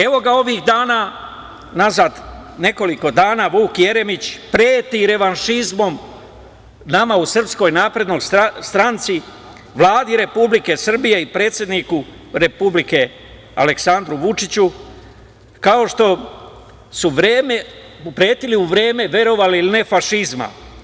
Evo ga ovih dana, nazad nekoliko dana, Vuk Jeremić preti revanšizmom nama u SNS, Vladi Republike Srbije i predsedniku Republike Aleksandru Vučiću, kao što su pretili u vreme, verovali ili ne, fašizma.